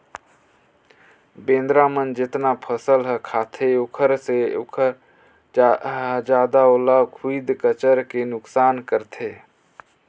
बेंदरा मन जेतना फसल ह खाते ओखर ले जादा ओला खुईद कचर के नुकनास करथे